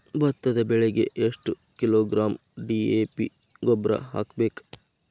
ಭತ್ತದ ಬೆಳಿಗೆ ಎಷ್ಟ ಕಿಲೋಗ್ರಾಂ ಡಿ.ಎ.ಪಿ ಗೊಬ್ಬರ ಹಾಕ್ಬೇಕ?